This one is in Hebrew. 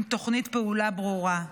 עם תוכנית פעולה ברורה.